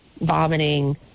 vomiting